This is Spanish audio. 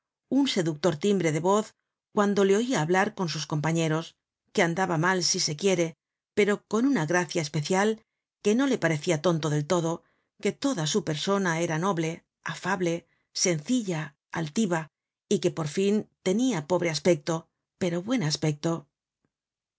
un seductor timbre de voz cuando le oia hablar con sus compañeros que andaba mal si se quiere pero con una gracia especial que no le parecia tonto del todo que toda su persona era noble afable sencilla altiva y que por fin tenia pobre aspecto pero buen aspecto